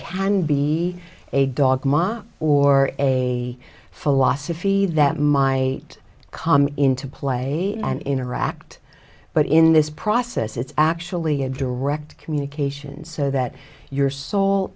can be a dog ma or a philosophy that my come into play and interact but in this process it's actually a direct communication so that your soul